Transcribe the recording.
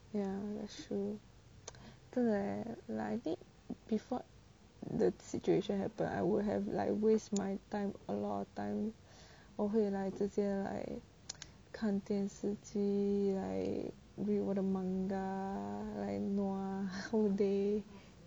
ya that's true 真的 leh like I think before the situation happen I would have like waste my time a lot of time 我会来直接 like 看电视机 like read 我的 manga like nua the whole day